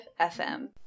FM